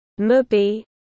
Mubi